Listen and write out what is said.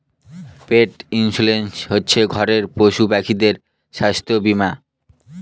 পেট insurance হচ্ছে ঘরের পশুপাখিদের স্বাস্থ্য বীমা